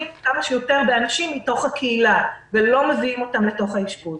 כמה שיותר באנשים מתוך הקהילה ולא מביאים אותם אל תוך האשפוז.